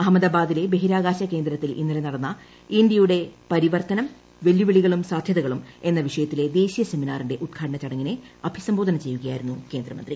അഹമ്മദാബാദ്ദിലെ ബഹിരാകാശ കേന്ദ്രത്തിൽ ഇന്നലെ നടന്ന ഇന്ത്യയുടെ പരിവർത്തുനം വെല്ലുവിളികളും സാധ്യതകളും എന്ന വിഷയത്തിലെ ദേശീയ സെമിനാറിന്റെ ഉദ്ഘാടന ചടങ്ങിനെ അഭിസംബോധന ചെയ്യുകയായിരുന്നു കേന്ദ്രമന്ത്രി